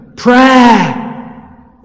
Prayer